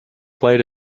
played